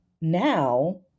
now